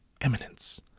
Eminence